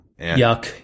yuck